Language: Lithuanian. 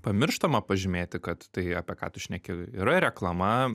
pamirštama pažymėti kad tai apie ką tu šneki yra reklama